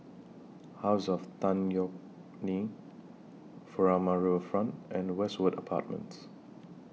House of Tan Yeok Nee Furama Riverfront and Westwood Apartments